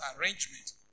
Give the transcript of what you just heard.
arrangement